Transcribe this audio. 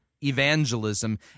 evangelism